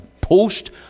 post